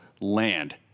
land